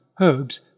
herbs